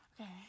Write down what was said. Okay